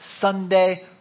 Sunday